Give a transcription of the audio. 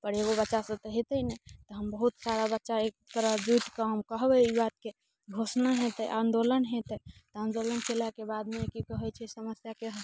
पर एगो बच्चा से तऽ हेतै नहि तऽ हम बहुत सारा बच्चा एकजुट कऽ हम कहबै ई बातके घोषणा होयतै आन्दोलन होयतै तऽ आन्दोलन कयलाके बादमे की कहैत छै समस्याके